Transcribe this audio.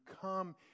come